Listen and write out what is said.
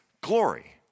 glory